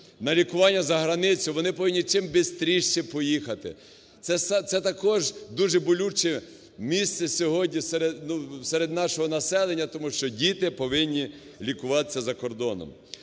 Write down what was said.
на лікування за границю, вони повинні чим бистрійше поїхати. Це також дуже болюче місце сьогодні серед нашого населення, тому що діти повинні лікуватися за кордоном.